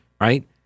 right